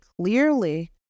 clearly